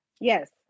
Yes